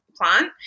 plant